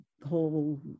Whole